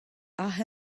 aze